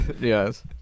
Yes